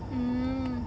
mm